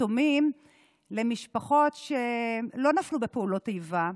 יתומים למשפחות שלא נפלו בפעולות איבה,